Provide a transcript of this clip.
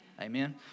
Amen